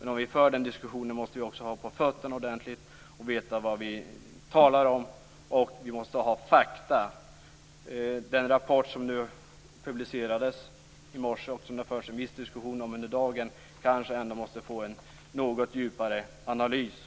Men om vi för den diskussionen måste vi också ha ordentligt på fötterna och veta vad vi talar om. Den rapport som publicerades i morse, och som det har förts en viss diskussion omkring under dagen, kanske ändå måste få en något djupare analys.